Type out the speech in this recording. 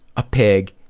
a pig,